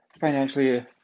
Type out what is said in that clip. financially